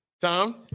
Tom